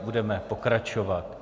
Budeme pokračovat.